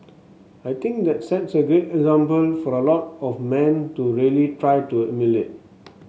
I think that sets a great example for a lot of men to really try to emulate